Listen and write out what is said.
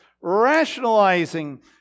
rationalizing